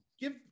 Give